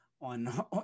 on